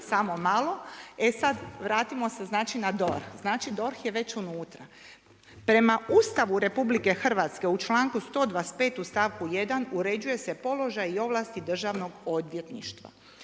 Samo malo, e sada vratimo se znači na DORH, znači DORH je već unutra. Prema Ustavu RH u članku 125. u stavku 1. uređuje se položaj i ovlasti državnog odvjetništva.